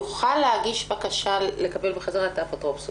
יוכל להגיש בקשה לקבל בחזרה את האפוטרופסות.